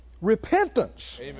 repentance